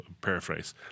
paraphrase